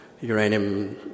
uranium